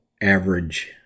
average